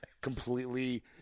Completely